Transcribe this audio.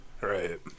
Right